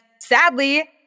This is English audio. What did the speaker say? sadly